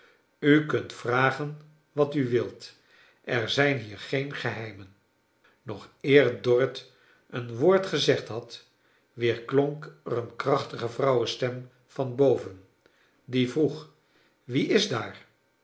u kunt vragen wat u wilt er zijn hier geen geheimen nog eer dorrit een woord gezegd had weerklonk er een krachtige vrouwenstem van boven die vroeg wie is daar